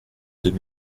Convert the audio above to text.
deux